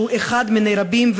שהוא אחד מני רבים,